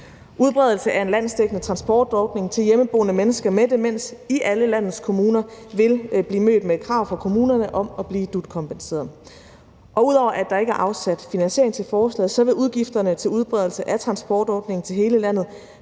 Udbredelse af en landsdækkende transportordning til hjemmeboende mennesker med demens i alle landets kommuner vil blive mødt med et krav fra kommunerne om at blive DUT-kompenseret. Og ud over at der ikke er afsat finansiering til forslaget, vil udgifterne til udbredelse af transportforordningen til hele landet